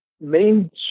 main